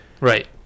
right